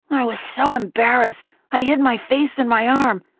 i was so embarrassed i hid my face in my arm,